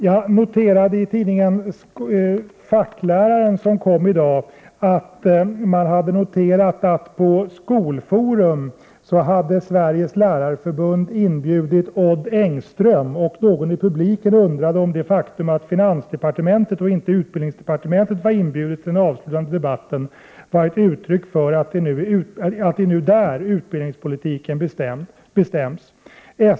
Jag noterade att man i tidningen Fackläraren, som kom ut i dag, hade noterat att på Skolforum hade Sveriges Lärarförbund inbjudit Odd Engström, och någon i publiken hade undrat om det faktum att finansdepartementet, och inte utbildningsdepartementet, hade inbjudits till den avslutande debatten var ett uttryck för att det nu är där som utbildningspolitiken bestäms.